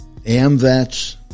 AMVETS